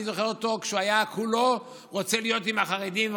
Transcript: אני זוכר אותו כשהוא כולו רצה להיות עם החרדים,